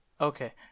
Okay